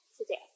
today